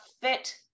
fit